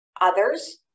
others